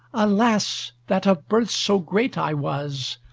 alas! that of birth so great i was,